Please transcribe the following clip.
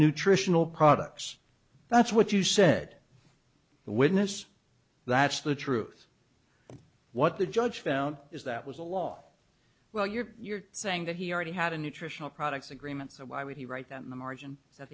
nutritional products that's what you said the witness that's the truth what the judge found is that was a law well you're you're saying that he already had a nutritional products agreement so why would he write them in the margin is that